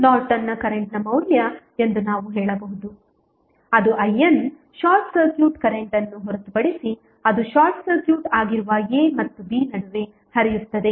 ನಾರ್ಟನ್ನ ಕರೆಂಟ್ನ ಮೌಲ್ಯ ಎಂದು ನಾವು ಹೇಳಬಹುದು ಅದು IN ಶಾರ್ಟ್ ಸರ್ಕ್ಯೂಟ್ ಕರೆಂಟ್ ಅನ್ನು ಹೊರತುಪಡಿಸಿ ಅದು ಶಾರ್ಟ್ ಸರ್ಕ್ಯೂಟ್ ಆಗಿರುವಾಗ a ಮತ್ತು b ನಡುವೆ ಹರಿಯುತ್ತದೆ